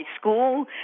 school